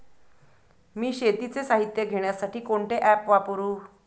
मी शेतीचे साहित्य घेण्यासाठी कोणते ॲप वापरु?